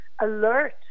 alert